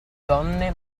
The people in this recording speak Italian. donne